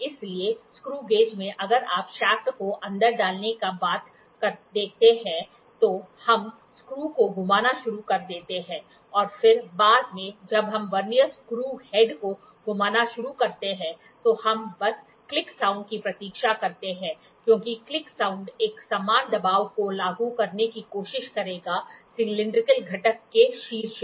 इसीलिए screw gauge में अगर आप शाफ्ट को अंदर डालने के बाद देखते हैं तो हम स्क्रू को घुमाना शुरू कर देते हैं और फिर बाद में जब हम वर्नियर स्क्रू हेड को घुमाना शुरू करते हैं तो हम बस क्लिक साउंड की प्रतीक्षा करते हैं क्योंकि क्लिक साउंड एकसमान दबाव को लागू करने की कोशिश करेगा सिलैंडरिकल घटक के शीर्ष पर